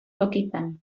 tokitan